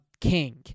king